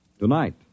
Tonight